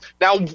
now